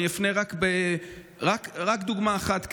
רק דוגמה אחת קטנה: